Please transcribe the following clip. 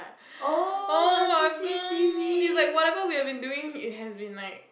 oh-my-god is like whatever we have been doing it has been like